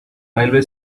railway